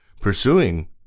pursuing